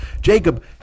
Jacob